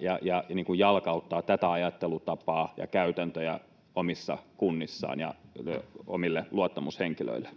ja jalkauttavat tätä ajattelutapaa ja käytäntöjä omissa kunnissaan ja omille luottamushenkilöilleen.